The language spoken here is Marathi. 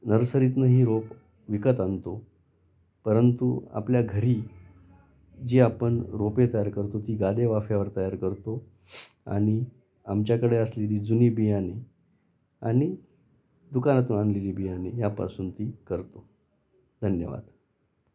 नर्सरीतनंही रोप विकत आणतो परंतु आपल्या घरी जी आपण रोपे तयार करतो ती गादी वाफ्यावर तयार करतो आणि आमच्याकडे असलेली जुनी बियाणे आणि दुकानातून आणलेली बियाणे यापासून ती करतो धन्यवाद